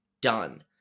done